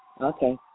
okay